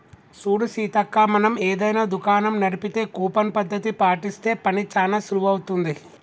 చూడు సీతక్క మనం ఏదైనా దుకాణం నడిపితే కూపన్ పద్ధతి పాటిస్తే పని చానా సులువవుతుంది